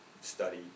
study